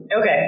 Okay